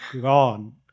gone